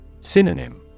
Synonym